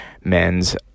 men's